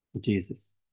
Jesus